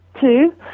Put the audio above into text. two